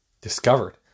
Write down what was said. discovered